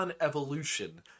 evolution